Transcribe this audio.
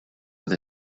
with